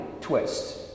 twist